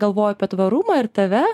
galvoju apie tvarumą ir tave